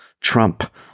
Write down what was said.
Trump